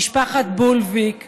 משפחת בולביק,